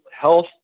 health